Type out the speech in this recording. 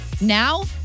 now